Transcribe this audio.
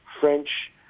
French